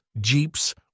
jeeps